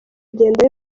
igenda